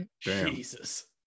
Jesus